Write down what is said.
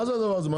מה זה הדבר הזה?